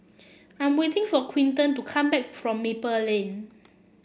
I'm waiting for Quinton to come back from Maple Lane